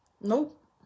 nope